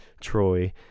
Troy